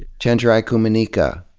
chenjerai kumanyika,